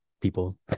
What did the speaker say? people